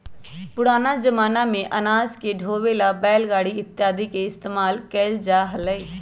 पुराना जमाना में अनाज के ढोवे ला बैलगाड़ी इत्यादि के इस्तेमाल कइल जा हलय